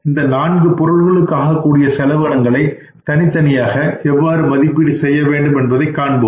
இந்த நான்கு பொருட்களுக்காகக்கூடிய செலவீனங்களை தனித்தனியாக எவ்வாறு மதிப்பீடு செய்ய வேண்டும் என்பதை காண்போம்